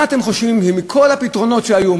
מה אתם חושבים מכל הפתרונות שהיו,